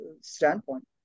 standpoint